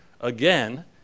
again